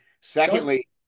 Secondly